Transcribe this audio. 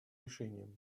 решением